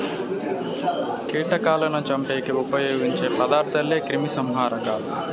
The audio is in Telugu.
కీటకాలను చంపేకి ఉపయోగించే పదార్థాలే క్రిమిసంహారకాలు